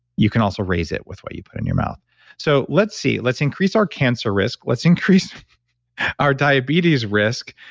you can also raise it with what you put in your mouth so, let's see. let's increase our cancer risk, risk, let's increase our diabetes risk,